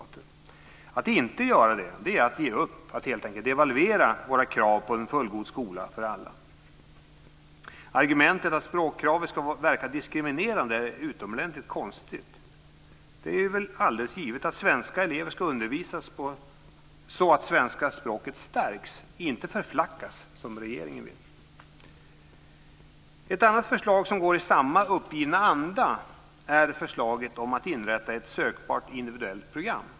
Att inte göra det är att ge upp, att helt enkelt devalvera våra krav på en fullgod skola för alla. Argumentet att språkkravet ska verka diskriminerande är utomordentligt konstigt. Det är väl alldeles givet att svenska elever ska undervisas så att svenska språket stärks, inte förflackas som regeringen vill. Ett annat förslag som är i samma uppgivna anda är förslaget om att inrätta ett sökbart individuellt program.